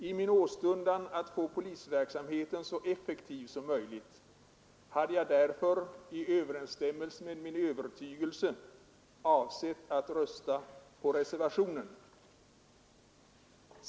I min åstundan att få polisverksamheten så effektiv som möjligt hade jag i överensstämmelse med min övertygelse avsett att rösta för reservationen.